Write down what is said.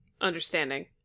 understanding